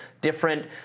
different